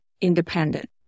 independent